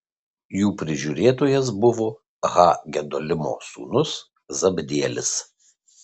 jų prižiūrėtojas buvo ha gedolimo sūnus zabdielis